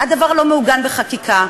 הדבר לא מעוגן בחקיקה.